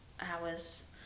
hours